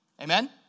Amen